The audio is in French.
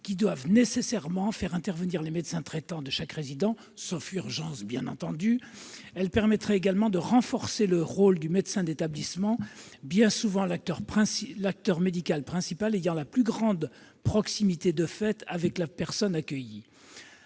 doivent nécessairement faire intervenir le médecin traitant de chaque résidant, sauf urgence, bien entendu. Elle permettrait également de renforcer le rôle du médecin d'établissement, qui est bien souvent l'acteur médical principal et qui a, de fait, la plus grande proximité avec la personne accueillie.